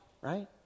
right